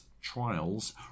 Trials